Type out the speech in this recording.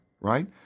right